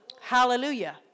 Hallelujah